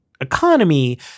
economy